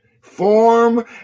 form